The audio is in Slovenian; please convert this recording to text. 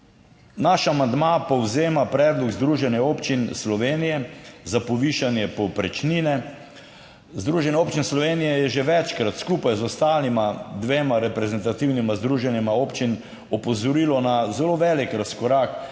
naš amandma povzema predlog Združenja občin Slovenije za povišanje povprečnine. Združenje občin Slovenije je že večkrat skupaj z ostalima dvema reprezentativnima združenjema občin opozorilo na zelo velik razkorak med